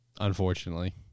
Unfortunately